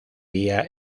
día